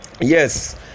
yes